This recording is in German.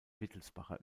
wittelsbacher